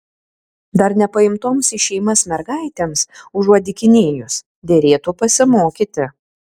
dar nepaimtoms į šeimas mergaitėms užuot dykinėjus derėtų pasimokyti